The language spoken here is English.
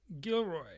Gilroy